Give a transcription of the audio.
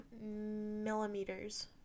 millimeters